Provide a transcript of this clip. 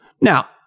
Now